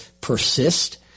persist